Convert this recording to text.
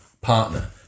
partner